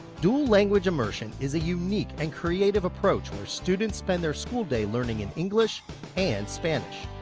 dual language immersion is a unique and creative approach where students spend their school day learning in english and spanish.